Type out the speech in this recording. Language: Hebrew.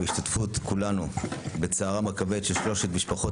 והשתתפות כולנו בצערם הכבד של שלוש משפחות